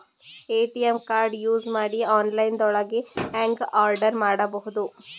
ATM card use ಮಾಡಿ online ದೊಳಗೆ ಹೆಂಗ್ ಆರ್ಡರ್ ಮಾಡುದು?